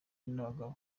n’abagabo